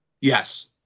Yes